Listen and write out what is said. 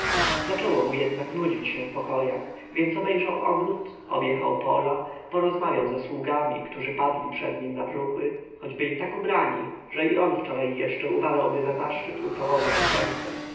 zaczęło mu jednak nudzić się w pokojach więc obejrzał ogród objechał pola porozmawiał ze sługami którzy padali przed nim na brzuchy choć byli tak ubrani że on wczoraj jeszcze uważałby sobie za zaszczyt ucałować ich ręce